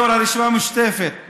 יו"ר הרשימה המשותפת,